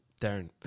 Darren